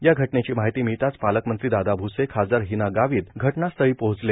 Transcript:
या घटनेची माहिती मिळताच पालकमंत्री दादा भ्सेए खासदार हिना गावीत घटनास्थळी पोहचले